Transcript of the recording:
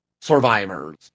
Survivors